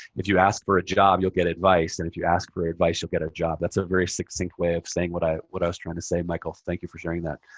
if you ask for a job, you'll get advice. and if you ask for advice, you'll get a job. that's a very succinct way of saying what i what i was trying to say, michael. thank you for sharing that.